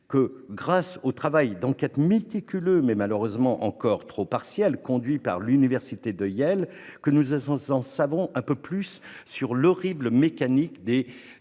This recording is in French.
grâce au travail d'enquête méticuleux, mais malheureusement encore trop partiel, conduit par l'université de Yale, que nous en savons un peu plus sur l'horrible mécanique de